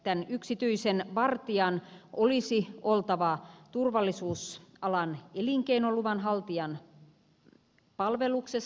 tämän yksityisen vartijan olisi oltava turvallisuusalan elinkeinoluvan haltijan palveluksessa